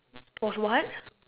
was what